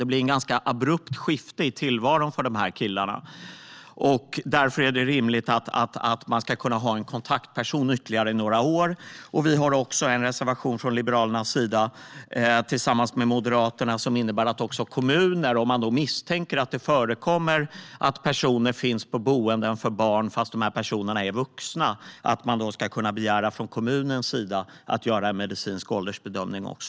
Det blir ett ganska abrupt skifte i tillvaron för dessa killar, och därför är det rimligt att de ska kunna ha en kontaktperson under ytterligare några år. Liberalerna har också en reservation tillsammans med Moderaterna som innebär att kommuner, om man misstänker att det förekommer att personer finns på boenden för barn fast de är vuxna, ska kunna begära att en medicinsk åldersbedömning görs.